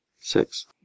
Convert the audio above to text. Six